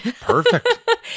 perfect